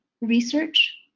Research